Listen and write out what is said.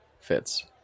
fits